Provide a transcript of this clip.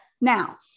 Now